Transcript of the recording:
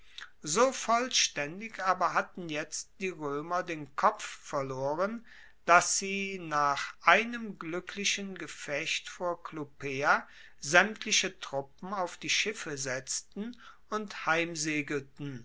so vollstaendig aber hatten jetzt die roemer den kopf verloren dass sie nach einem gluecklichen gefecht vor clupea saemtliche truppen auf die schiffe setzten und